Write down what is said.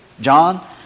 John